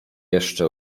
jeszcze